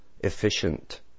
efficient